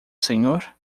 senhor